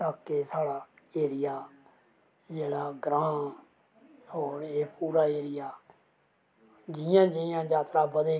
और ताकि साढ़ा एरिया जेह्ड़ा ग्रांऽ पूरा एरिया जियां जिया जात्तरा बदेगी